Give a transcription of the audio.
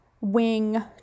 wing